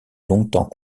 longtemps